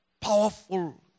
powerful